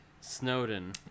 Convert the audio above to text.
Snowden